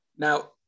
Now